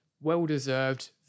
well-deserved